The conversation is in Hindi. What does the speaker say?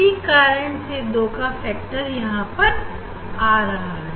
इसी कारण से यह 2 का फैक्टर यहां पर आ रहा है